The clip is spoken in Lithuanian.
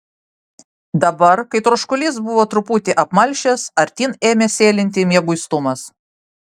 dabar kai troškulys buvo truputį apmalšęs artyn ėmė sėlinti mieguistumas